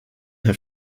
herr